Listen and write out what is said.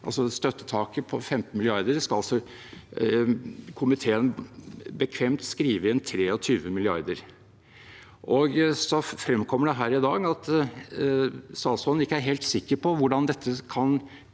støttetak på 15 mrd. kr til at komiteen bekvemt skal skrive inn 23 mrd. kr. Så fremkommer det her i dag at statsråden ikke er helt sikker på hvordan dette kan